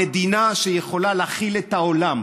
המדינה שיכולה להאכיל את העולם,